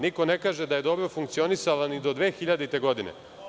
Niko ne kaže da je dobro funkcionisala ni do 2000. godine.